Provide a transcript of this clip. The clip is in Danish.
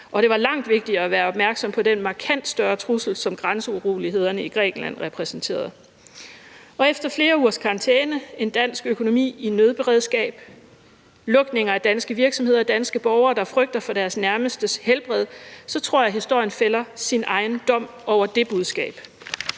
at det var langt vigtigere at være opmærksom på den markant større trussel, som grænseurolighederne i Grækenland repræsenterede. Efter flere ugers karantæne, en dansk økonomi i nødberedskab, lukninger af danske virksomheder og danske borgere, der frygter for deres nærmestes helbred, tror jeg, historien fælder sin egen dom over det budskab.